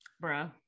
bro